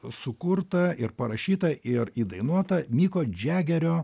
sukurtą ir parašytą ir įdainuotą miko džegerio